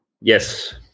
Yes